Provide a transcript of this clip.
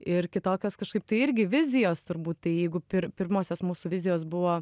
ir kitokios kažkaip tai irgi vizijos turbūt tai jeigu pirm pirmosios mūsų vizijos buvo